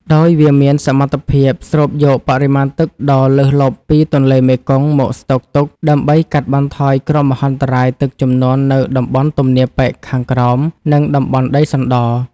ដោយវាមានសមត្ថភាពស្រូបយកបរិមាណទឹកដ៏លើសលប់ពីទន្លេមេគង្គមកស្តុកទុក ដើម្បីកាត់បន្ថយគ្រោះមហន្តរាយទឹកជំនន់នៅតំបន់ទំនាបប៉ែកខាងក្រោម និងតំបន់ដីសណ្ដ។